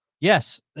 Yes